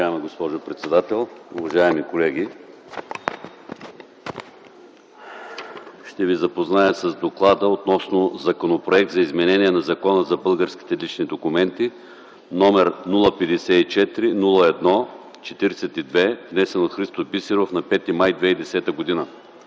Уважаема госпожо председател, уважаеми колеги! Ще ви запозная с доклада относно Законопроект за изменение на Закона за българските лични документи, № 054-01-42, внесен от Христо Бисеров на 5 май 2010 г.